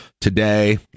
today